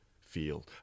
feel